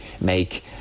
make